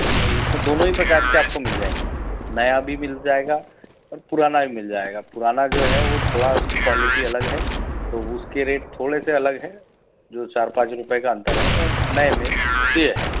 नहीं इसमें दोनों ही प्रकार के आपको मिल जाएंगे नया भी मिल जाएगा और पुराना भी मिल जाएगा पुराना जो है वो थोड़ा उसकी क्वालिटी अलग है तो उसके रेट थोड़े से अलग हैं जो चार पाँच रुपये का अंतर है और नये मे ये है